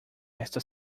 esta